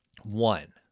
One